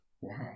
Wow